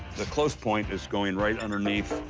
the close point is going right underneath.